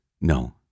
no